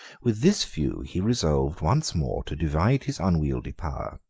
with this view, he resolved once more to divide his unwieldy power,